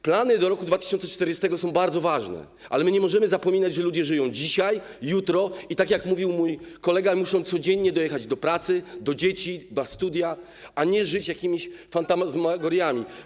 Plany do roku 2040 są bardzo ważne, ale my nie możemy zapominać, że ludzie żyją dzisiaj, jutro i, tak jak mówił mój kolega, muszą codziennie dojechać do pracy, do dzieci, na studia, a nie żyć jakimiś fantasmagoriami.